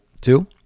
two